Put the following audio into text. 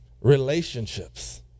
relationships